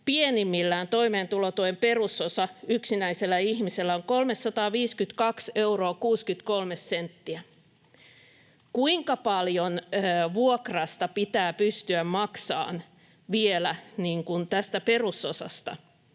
pienimmillään toimeentulotuen perusosa yksinäisellä ihmisellä on 352 euroa 63 senttiä. Kuinka paljon vuokrasta pitää pystyä maksamaan vielä tästä perusosasta,